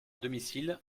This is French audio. domicile